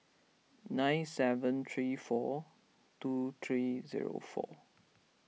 nine seven three four two three zero four